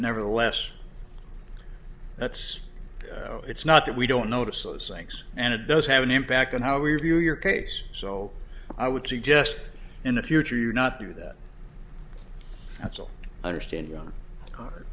nevertheless that's it's not that we don't notice those things and it does have an impact on how we view your case so i would suggest in the future you not do that that's all i understand y